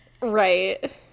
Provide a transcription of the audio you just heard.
Right